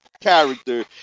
character